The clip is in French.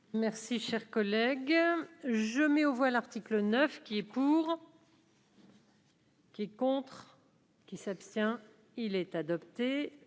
Merci, cher collègue, je mets aux voix, l'article 9 qui est court. Qui contre. Qui s'abstient, il est adopté